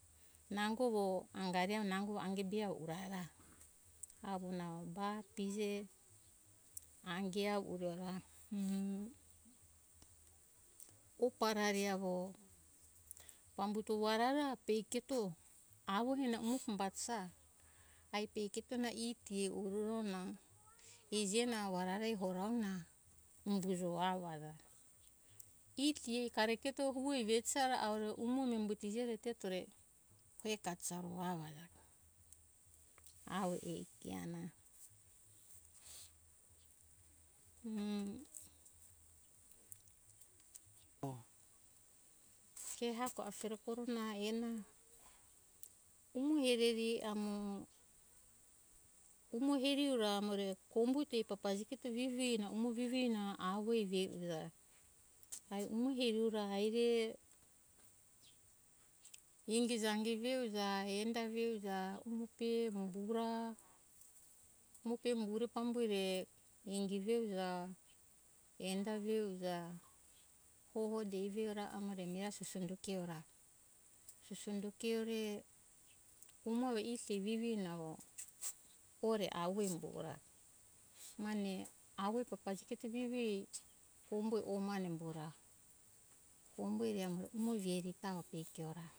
Nango mo angari amo nango mo ange be ora ra avo nau ba pije ange avo u parari avo pambu tova ra pueketo avo ehe na umo pambatija ai pekito na ie kio oruro na iji eni avo vararari horo na umbujo avo orona ie ti e iketo hu ei pisara aure umo mi umbuto hio re eto re puekati avo aja ki avo ei kia na u ke hako afere kuro na ena umo hereri amo umo heri ora amore kombuto ei tafa jigito umo veveri na avo ue vietija ai umo heri ra aire enge jange mihe uja enda ve uja pe pura ue pambure ingi ve uja enda ve uja pe umbura umbore pambo re ingi ve uja enda ve uja puvo evi uja re mirae kio ora ami kio ore umo avo iji te vivi nango kore avo umbu ora mane avoi papaji ki vivie umboi mane peki ora